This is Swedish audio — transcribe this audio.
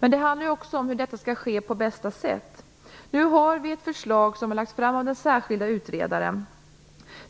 Men det handlar också om hur detta skall ske på bästa sätt. Nu har ett förslag lagts fram av den särskilde utredaren.